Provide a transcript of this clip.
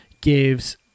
gives